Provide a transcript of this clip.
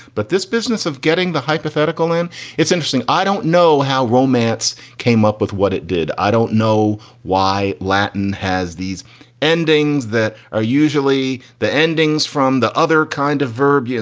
but this business of getting the hypothetical and it's interesting, i don't know how romance came up with what it did. i don't know why latin has these endings that are usually the endings from the other kind of verb. yeah.